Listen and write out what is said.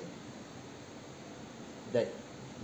that